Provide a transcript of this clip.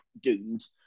doomed